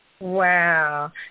Wow